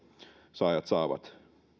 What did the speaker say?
saajat saavat